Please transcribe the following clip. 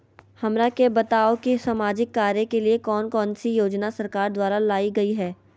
हमरा के बताओ कि सामाजिक कार्य के लिए कौन कौन सी योजना सरकार द्वारा लाई गई है?